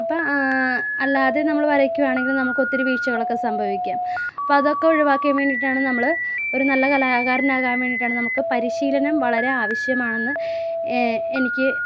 അപ്പം അല്ലാതെ നമ്മൾ വരക്കുവാണെങ്കിൽ നമുക്ക് ഒത്തരി വീഴ്ച്ചകളൊക്കെ സംഭവിക്കാം അപ്പം അതൊക്കെ ഒഴുവാക്കാൻ വേണ്ടിയിട്ടാണ് നമ്മൾ ഒരു നല്ല കലാകാരനാകാൻ വേണ്ടിയിട്ടാണ് നമുക്ക് പരിശീലനം വളരെ ആവശ്യമാണെന്ന് എനിക്ക്